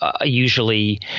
Usually